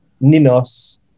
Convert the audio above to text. Ninos